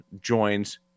joins